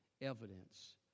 evidence